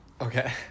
Okay